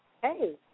hey